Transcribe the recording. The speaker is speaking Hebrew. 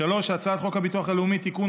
הצעת חוק הביטוח הלאומי (תיקון,